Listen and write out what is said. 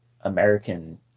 American